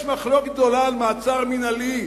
יש מחלוקת גדולה על מעצר מינהלי,